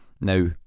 Now